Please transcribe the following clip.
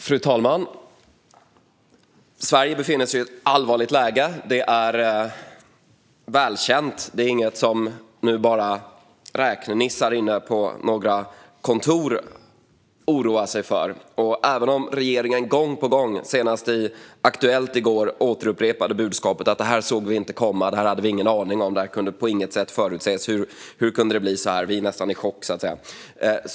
Fru talman! Sverige befinner sig i ett allvarligt läge. Det är välkänt; det är inget som bara räknenissar inne på några kontor oroar sig för. Regeringen har gång på gång, senast i Aktuellt i går, upprepat budskapet att man inte såg detta komma, att man inte hade någon aning om det och att det på inget sätt kunde förutses. "Hur kunde det bli så här? Vi är nästan i chock."